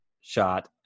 Shot